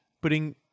putting